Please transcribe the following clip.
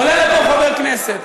עולה לפה חבר כנסת,